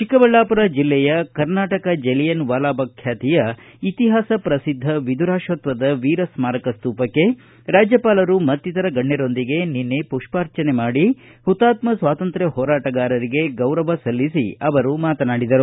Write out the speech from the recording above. ಚಿಕ್ಕಬಳ್ಳಾಮರ ಜಿಲ್ಲೆಯ ಕರ್ನಾಟಕ ಜಲಿಯನ್ ವಾಲಾಬಾಗ್ ಖ್ಯಾತಿಯ ಇತಿಹಾಸ ಪ್ರಸಿದ್ದ ವಿದುರಾಶ್ವಕ್ಷದ ವೀರ ಸ್ಮಾರಕ ಸ್ಲೂಪಕ್ಕೆ ರಾಜ್ಯಪಾಲರು ಮತ್ತಿತರ ಗಣ್ಣರೊಂದಿಗೆ ಪುಷ್ಪಾರ್ಜನೆ ಮಾಡಿ ಹುತಾಕ್ನ ಸ್ಲಾತಂತ್ರ್ಯ ಹೋರಾಟಗಾರರಿಗೆ ಗೌರವ ಸಮರ್ಪಣೆ ಮಾಡಿ ಅವರು ಮಾತಾಡಿದರು